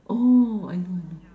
oh I know I know